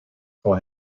for